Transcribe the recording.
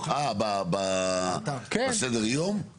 אה בסדר יום?